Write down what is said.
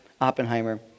Oppenheimer